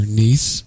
niece